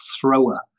Thrower